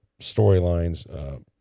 storylines